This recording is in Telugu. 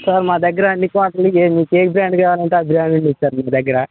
సార్ మా దగ్గర అన్నిక్వర్టర్లు మీకేం బ్రాండ్ కావాలంటే ఆ బ్రాండ్ ఉన్నాయి సార్ మా దగ్గర